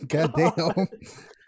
Goddamn